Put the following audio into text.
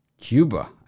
Cuba